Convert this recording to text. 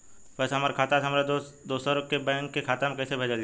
पैसा हमरा खाता से हमारे दोसर बैंक के खाता मे कैसे भेजल जायी?